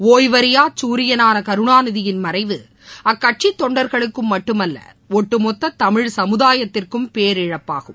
ஒய்வறியாகுரியனானகருணாநிதியின் ட்டிஅக்கட்சிதொண்டர்களுக்கும் மட்டுமல்லஒட்டுமொத்ததமிழ் மறைவு சமுதாயத்திற்கும்பேரிழப்பாகும்